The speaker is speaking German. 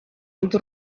und